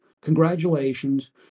Congratulations